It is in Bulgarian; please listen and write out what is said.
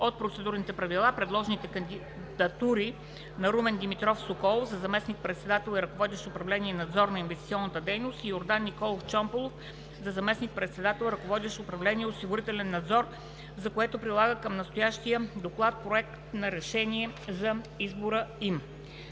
от процедурните правила предложените кандидатури на Румен Димитров Соколов за заместник-председател, ръководещ управление „Надзор на инвестиционната дейност” и Йордан Николов Чомпалов за заместник-председател, ръководещ управление „Осигурителен надзор”, за което прилага към настоящия доклад Проект на решение за избора им.